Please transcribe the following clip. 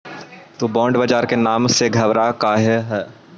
तु बॉन्ड बाजार के नाम से घबरा काहे ह?